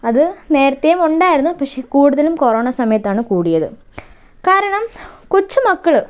അത് നേരത്തെ ഉണ്ടായിരുന്നു പക്ഷേ കൂടുതലും കൊറോണ സമയത്താണ് കൂടിയത് കാരണം കൊച്ചുമക്കള്